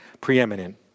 preeminent